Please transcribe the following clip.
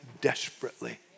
desperately